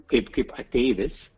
kaip kaip ateivis